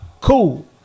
Cool